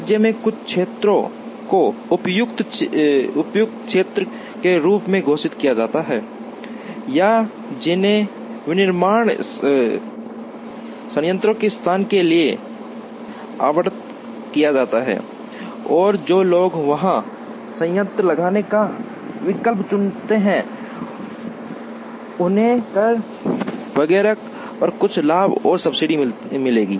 राज्य में कुछ क्षेत्रों को उपयुक्त क्षेत्र के रूप में घोषित किया जाता है या जिन्हें विनिर्माण संयंत्रों के स्थान के लिए आवंटित किया जाता है और जो लोग वहां संयंत्र लगाने का विकल्प चुनते हैं उन्हें कर वगैरह पर कुछ लाभ और सब्सिडी मिलेगी